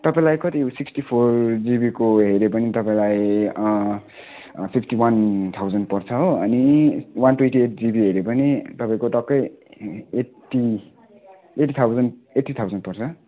तपाईँलाई कति sixty four जिबीको हेऱ्यो भने तपाईँलाई फिफ्टी वन थाउजन्ड पर्छ हो अनि वान ट्वेन्टी एट जिबी हेऱ्यो भने तपाईँको टकै eighty eighty thousand eighty thousand पर्छ